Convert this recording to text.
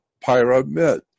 pyramid